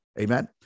Amen